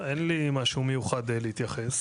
אין לי משהו מיוחד להתייחס,